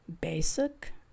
basic